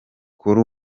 kuri